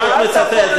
אני כמעט מצטט,